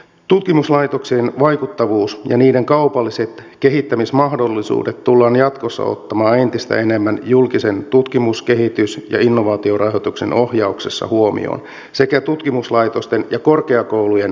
tutkimuslaitoksien vaikuttavuus ja niiden kaupalliset kehittämismahdollisuudet tullaan jatkossa ottamaan entistä enemmän julkisen tutkimus kehitys ja innovaatiorahoituksen ohjauksessa sekä tutkimuslaitosten ja korkeakorkeakoulujen kannusteissa huomioon